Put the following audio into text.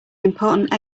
important